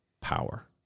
power